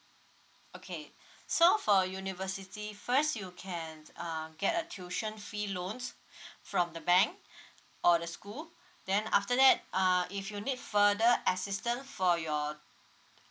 okay so for university first you can um get a tuition fee loans from the bank or the school then after that uh if you need further assistance for your